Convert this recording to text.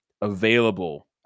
available